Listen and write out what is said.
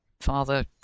father